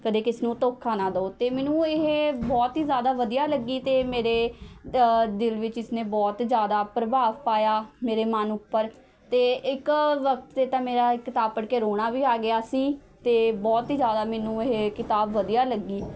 ਕਦੇ ਕਿਸੇ ਨੂੰ ਧੋਖਾ ਨਾ ਦਿਉ ਅਤੇ ਮੈਨੂੰ ਇਹ ਬਹੁਤ ਹੀ ਜ਼ਿਆਦਾ ਵਧੀਆ ਲੱਗੀ ਅਤੇ ਮੇਰੇ ਦਿਲ ਵਿੱਚ ਇਸਨੇ ਬਹੁਤ ਜ਼ਿਆਦਾ ਪ੍ਰਭਾਵ ਪਾਇਆ ਮੇਰੇ ਮਨ ਉੱਪਰ ਅਤੇ ਇੱਕ ਵਕਤ 'ਤੇ ਤਾਂ ਮੇਰਾ ਕਿਤਾਬ ਪੜ੍ਹ ਕੇ ਰੋਣਾ ਵੀ ਆ ਗਿਆ ਸੀ ਅਤੇ ਬਹੁਤ ਹੀ ਜ਼ਿਆਦਾ ਮੈਨੂੰ ਇਹ ਕਿਤਾਬ ਵਧੀਆ ਲੱਗੀ